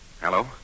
Hello